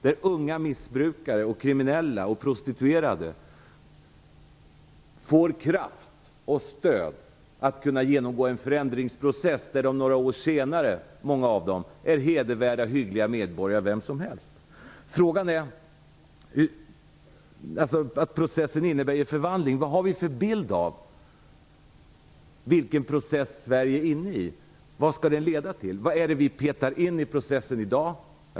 Där får unga missbrukare, kriminella och prostituerade kraft och stöd att kunna genomgå en förändringsprocess. Några år senare är många av dem lika hedervärda och hyggliga medborgare som vem som helst. Den här processen innebär en förvandling. Vad har vi för bild av den process som Sverige är inne i? Vad skall det leda till? Vad är det vi petar in i processen i dag?